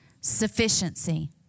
sufficiency